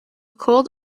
cold